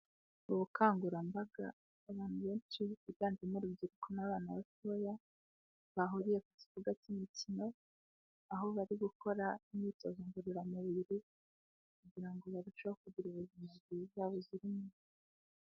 Ubukangurambaga bw'abantu benshi biganjemo urubyiruko n'abana batoya, bahuriye ku kibuga cy'imikino aho bari gukora imyitozo ngororamubiri kugira ngo barusheho kugira ubuzima bwiza buzira umuze.